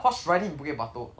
horse riding in bukit batok